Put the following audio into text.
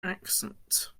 accent